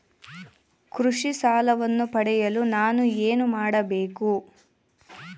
ಕೃಷಿ ಸಾಲವನ್ನು ಪಡೆಯಲು ನಾನು ಏನು ಮಾಡಬೇಕು?